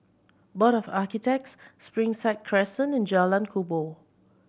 Board of Architects Springside Crescent and Jalan Kubor